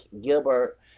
Gilbert